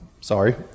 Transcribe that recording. sorry